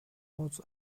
odds